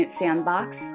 Sandbox